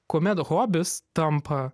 kuomet hobis tampa